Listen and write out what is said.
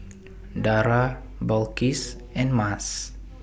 Dara Balqis and Mas